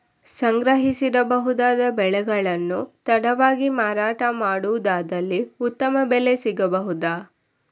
ಸಂಗ್ರಹಿಸಿಡಬಹುದಾದ ಬೆಳೆಗಳನ್ನು ತಡವಾಗಿ ಮಾರಾಟ ಮಾಡುವುದಾದಲ್ಲಿ ಉತ್ತಮ ಬೆಲೆ ಸಿಗಬಹುದಾ?